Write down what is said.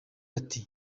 ati